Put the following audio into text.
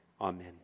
Amen